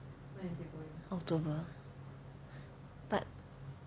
october but